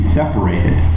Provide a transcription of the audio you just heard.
separated